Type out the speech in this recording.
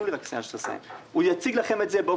הוא יציג לכם.